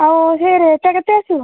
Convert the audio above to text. ଆଉ ସେ ରେଟ୍ ଟା କେତେ ଆସିବ